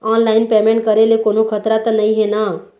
Online payment करे ले कोन्हो खतरा त नई हे न?